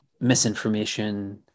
misinformation